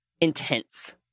intense